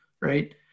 Right